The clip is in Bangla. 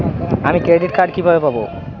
আমি ক্রেডিট কার্ড কিভাবে পাবো?